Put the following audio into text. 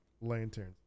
Lanterns